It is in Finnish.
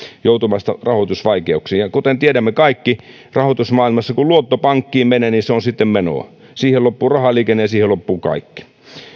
joutumasta rahoitusvaikeuksiin ja kuten tiedämme kaikki rahoitusmaailmassa kun luotto pankkiin menee niin se on sitten menoa siihen loppuu rahaliikenne ja siihen loppuu kaikki